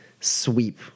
sweep